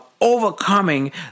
overcoming